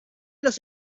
los